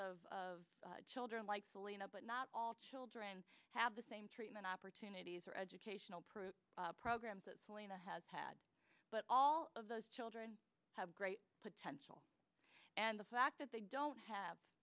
of children like selena but not all children have the same treatment opportunities or educational proof programs that celina has had but all of those children have great potential and the fact that they don't have